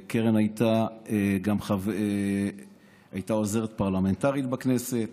קרן הייתה עוזרת פרלמנטרית בכנסת